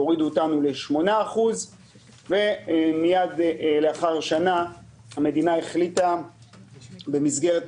הורידו אותנו ל-8% ולאחר שנה המדינה החליטה במסגרת